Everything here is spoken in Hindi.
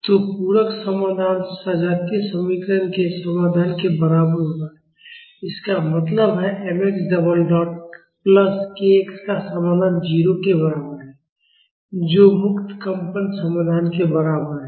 तो पूरक समाधान सजातीय समीकरण के समाधान के बराबर होगा इसका मतलब है mx double dot plus kx का समाधान 0 के बराबर है जो मुक्त कंपन समाधान के बराबर है